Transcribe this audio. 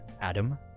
Adam